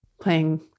playing